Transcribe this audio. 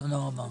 תודה רבה.